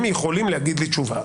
הם יכולים להגיד לי תשובה,